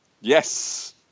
Yes